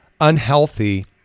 unhealthy